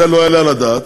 זה לא יעלה על הדעת.